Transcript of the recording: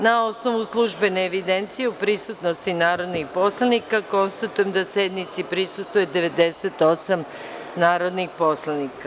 Na osnovu službene evidencije o broju prisutnosti narodnih poslanika, konstatujem da sednici prisustvuje 98 narodnih poslanika.